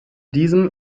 diesem